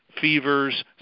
Fevers